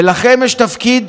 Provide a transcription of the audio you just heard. ולכם יש תפקיד